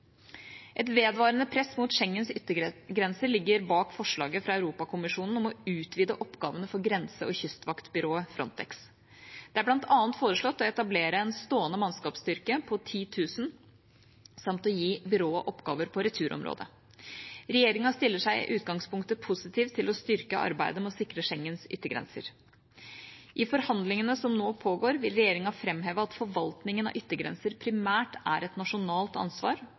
Et vedvarende press mot Schengens yttergrenser ligger bak forslaget fra Europakommisjonen om å utvide oppgavene for grense- og kystvaktbyrået Frontex. Det er bl.a. foreslått å etablere en stående mannskapsstyrke på 10 000 samt å gi byrået oppgaver på returområdet. Regjeringa stiller seg i utgangspunktet positiv til å styrke arbeidet med å sikre Schengens yttergrenser. I forhandlingene som nå pågår, vil regjeringa framheve at forvaltningen av yttergrenser primært er et nasjonalt ansvar,